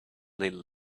little